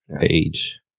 age